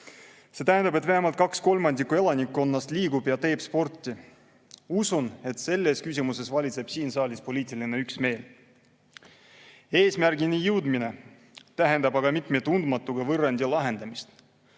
See tähendab, et vähemalt kaks kolmandikku elanikkonnast liigub ja teeb sporti. Usun, et selles küsimuses valitseb siin saalis poliitiline üksmeel. Eesmärgini jõudmine tähendab aga mitme tundmatuga võrrandi lahendamist. Võimaluste